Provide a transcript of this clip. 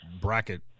bracket